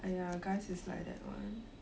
!aiya! guys is like that [one]